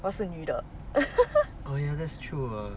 我是女的